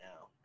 now